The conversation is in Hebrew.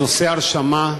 נושא ההרשמה,